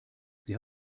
sie